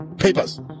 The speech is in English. Papers